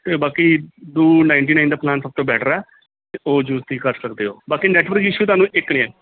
ਇਹ ਬਾਕੀ ਦੋ ਨਾਇਨਟੀ ਨਾਇਨ ਦਾ ਪਲਾਨ ਸਭ ਤੋਂ ਬੈਟਰ ਹੈ ਅਤੇ ਉਹ ਯੂਸ ਤੁਸੀਂ ਕਰ ਸਕਦੇ ਹੋ ਬਾਕੀ ਨੈਟਵਰਕ ਇਸ਼ੂ ਤੁਹਾਨੂੰ ਇੱਕ ਨਹੀਂ ਹੈ